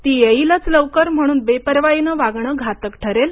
ती येईलच लवकर म्हणून बेपर्वाईने वागणे घातक ठरेल